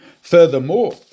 Furthermore